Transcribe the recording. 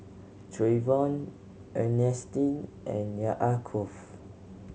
Trayvon Earnestine and Yaakov